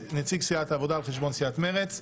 נציג סיעת העבודה על חשבון סיעת מרצ.